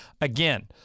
Again